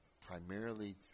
primarily